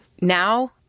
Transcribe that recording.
Now